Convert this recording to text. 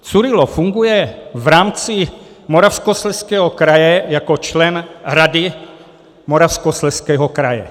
Curylo funguje v rámci Moravskoslezského kraje jako člen Rady Moravskoslezského kraje.